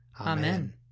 Amen